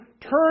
turn